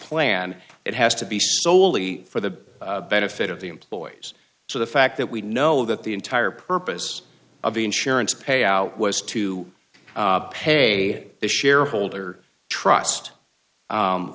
plan it has to be solely for the benefit of the employees so the fact that we know that the entire purpose of the insurance payout was to pay the shareholder trust